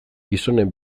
gizonen